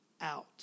out